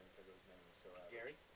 Gary